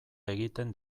egiten